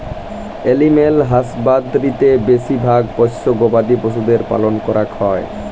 animal হাসবাদরীতে বেশি ভাগ পষ্য গবাদি পশুদের পালল ক্যরাক হ্যয়